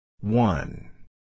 One